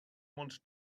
wanted